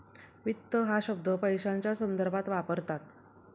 वित्त हा शब्द पैशाच्या संदर्भात वापरतात